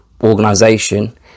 organization